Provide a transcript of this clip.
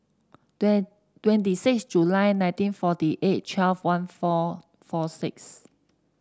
twenty six July nineteen forty eight twelve one four four six